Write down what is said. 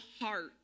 heart